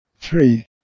three